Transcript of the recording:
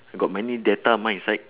got many data hor inside